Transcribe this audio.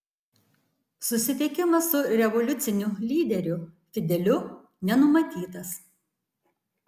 susitikimas su revoliuciniu lyderiu fideliu nenumatytas